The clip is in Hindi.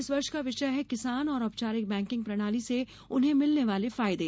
इस वर्ष का विषय है किसान और औपचारिक बैकिंग प्रणाली से उन्हें मिलने वाले फायदे